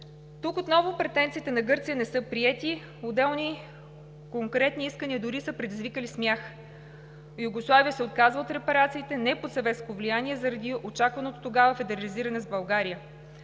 Тук отново претенциите на Гърция не са приети, отделни, конкретни искания дори са предизвикали смях. Югославия се отказва от репарациите не под съветско влияние, а заради очакваното тогава федерализиране с България.